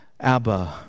Abba